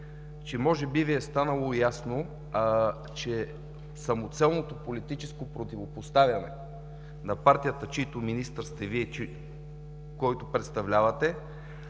може би Ви е станало ясно, че самоцелното политическо противопоставяне на партията, чийто министър сте Вие и представлявате,